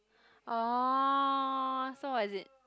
orh so what is it